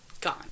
gone